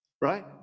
right